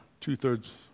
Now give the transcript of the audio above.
two-thirds